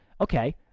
okay